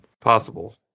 Possible